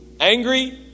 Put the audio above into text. Angry